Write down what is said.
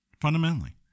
Fundamentally